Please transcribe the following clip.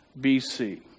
BC